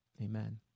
Amen